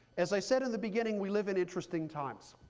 as i said in the beginning, we live in interesting times.